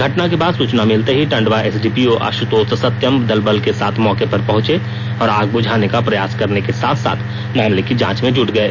घटना के बाद सूचना मिलते ही टंडवा एसडीपीओ आशुतोष सत्यम दलबल के साथ मौके पर पहंचे और आग बुझाने का प्रयास करने के साथ साथ मामले की जांच में जूट गए